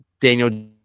Daniel